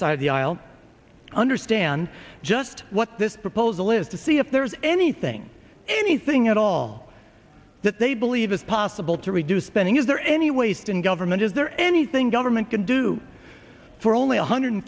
side of the aisle understand just what this proposal is to see if there's anything anything at all that they believe is possible to reduce spending is there any waste in government is there anything government can do for only one hundred